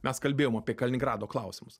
mes kalbėjom apie kaliningrado klausimus